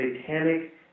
satanic